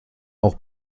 auch